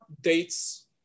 dates